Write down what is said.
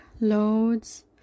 loads